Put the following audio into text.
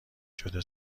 شده